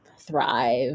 thrive